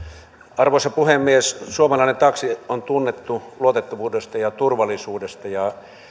arvoisa puhemies suomalainen taksi on tunnettu luotettavuudesta ja turvallisuudesta ja